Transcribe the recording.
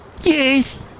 Yes